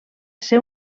ser